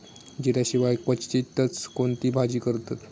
जिऱ्या शिवाय क्वचितच कोणती भाजी करतत